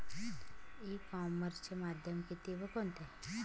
E कॉमर्सचे माध्यम किती व कोणते?